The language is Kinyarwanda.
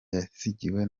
yasigiwe